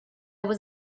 was